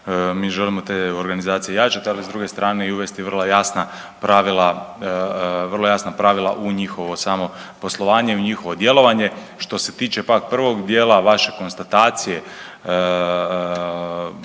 mi želimo te organizacije jačati, ali s druge strane uvesti vrlo jasna pravila u njihovo samo poslovanje, u njihovo djelovanje. Što se tiče pak prvog dijela vaše konstatacije,